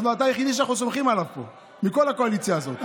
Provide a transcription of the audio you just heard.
אתה היחיד שאנחנו סומכים עליו פה מכל הקואליציה הזאת.